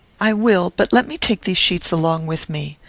i will, but let me take these sheets along with me.